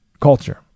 culture